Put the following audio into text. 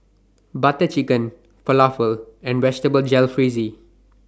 Butter Chicken Falafel and Vegetable Jalfrezi